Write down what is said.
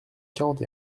quarante